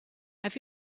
have